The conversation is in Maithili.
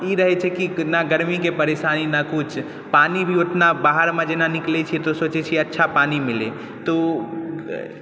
ई रहै छै कि ना गर्मीके परेशानी ना किछु पानी भी ओतना बाहरमे जेना निकलै छै दू सए फीट के अच्छा पानी मिलै तो